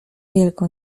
wielką